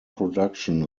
production